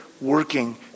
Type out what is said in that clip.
working